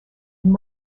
and